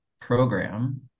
program